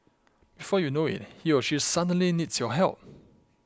before you know it he or she suddenly needs your help